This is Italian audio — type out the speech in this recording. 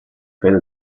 fede